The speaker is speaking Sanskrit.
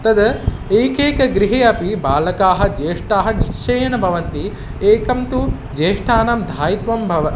तद् एकेकं गृहे अपि बालकाः ज्येष्ठाः निश्चयेन भवन्ति एकं तु ज्येष्ठानां दायित्वं भवति